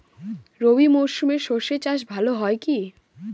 রবি মরশুমে সর্ষে চাস ভালো হয় কি?